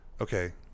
okay